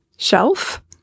shelf